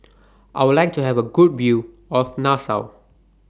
I Would like to Have A Good View of Nassau